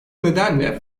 nedenle